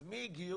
אז מי הגיעו?